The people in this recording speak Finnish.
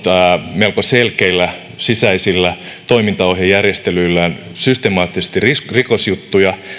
melko selkeillä sisäisillä toimintaohjejärjestelyillään systemaattisesti rikosjuttuja